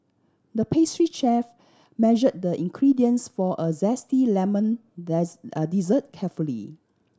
the pastry chef measure the ingredients for a zesty lemon a dessert carefully